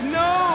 no